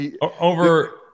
Over